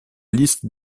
liste